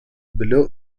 below